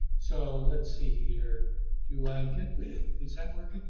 so, let's see here do i get, is that working?